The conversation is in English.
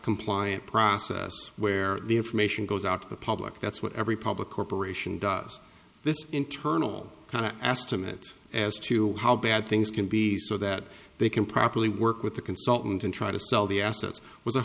compliant process where the information goes out to the public that's what every public corporation does this internal kind of asked him it as to how bad things can be so that they can properly work with the consultant and try to sell the a